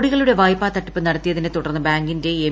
കോടികളുടെ വായ്പാ തട്ടിപ്പ് നടത്തിയതിനെ തുടർന്ന് ബാങ്കിന്റെ എം